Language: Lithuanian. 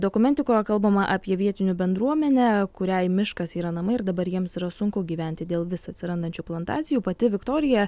dokumentikoje kalbama apie vietinių bendruomenę kuriai miškas yra namai ir dabar jiems yra sunku gyventi dėl vis atsirandančių plantacijų pati viktorija